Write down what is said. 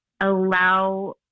Allow